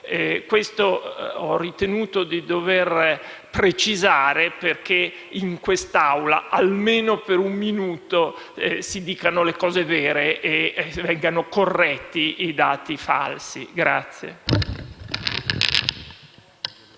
Questo ho ritenuto di dover precisare perché in quest’Aula, almeno qualche volta, si dicano le cose vere e vengano corretti i dati falsi su